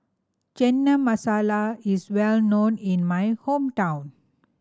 Chana Masala is well known in my hometown